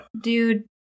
dude